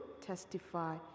testify